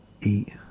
eat